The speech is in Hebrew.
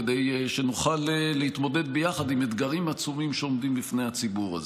כדי שנוכל להתמודד ביחד עם אתגרים עצומים העומדים בפני הציבור הזה.